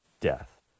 death